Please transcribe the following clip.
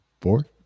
four